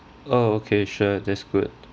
oh okay sure that's good